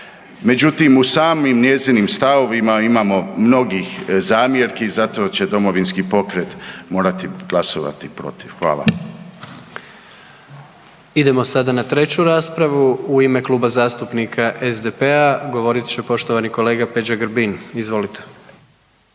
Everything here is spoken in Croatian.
Međutim, u samim njezinim stavovima imamo mnogih zamjerki zato će Domovinski pokret morati glasovati protiv. Hvala. **Jandroković, Gordan (HDZ)** Idemo sada na 3. raspravu, u ime Kluba zastupnika SDP-a govorit će poštovani kolega Peđa Grbin, izvolite.